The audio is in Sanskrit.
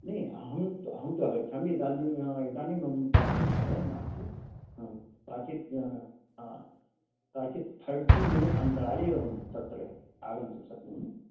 नै अहं तु अहं तु आगच्छामि इदानीं इदानीं मम पार्श्वे समयः नास्ति आं काचित् काचित् थर्टी मिनिट् अन्तराले एवं तत्र आगन्तुं शक्नोमि